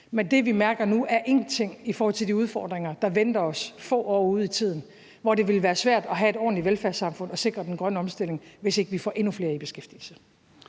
Men det, vi mærker nu, er ingenting i forhold til de udfordringer, der venter os få år frem i tiden, hvor det vil være svært at have et ordentligt velfærdssamfund og sikre den grønne omstilling, hvis ikke vi får endnu flere i beskæftigelse.